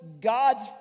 God's